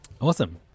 Awesome